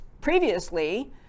previously